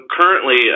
currently